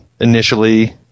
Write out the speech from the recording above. initially